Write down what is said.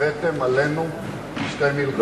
"הבאתם עלינו שתי מלחמות".